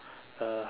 uh